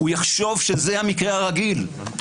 הוא יחשוב שזה המקרה הרגיל.